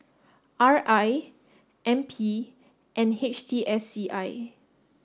R I N P and H T S C I